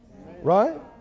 Right